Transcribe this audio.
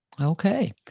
Okay